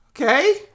Okay